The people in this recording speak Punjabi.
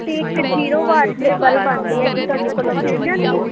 ਅਤੇ ਇੱਕ ਜੀਰੋ ਵਾਟ ਦੇ ਬੱਲਬ ਆਉਂਦੇ ਹੈ ਕੀ ਤੁਹਾਡੇ ਕੋਲ ਉਹ ਮਿਲ ਜਾਣਗੇ